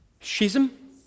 Schism